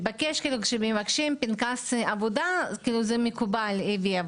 כשמבקשים פנקס עבודה, כאילו זה מקובל להביא.